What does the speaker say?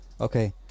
okay